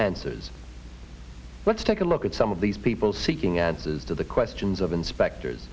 answers let's take a look at some of these people seeking answers to the questions of inspectors